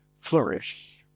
flourish